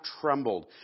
trembled